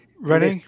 ready